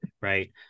Right